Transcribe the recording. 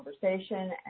conversation